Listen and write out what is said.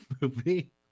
movie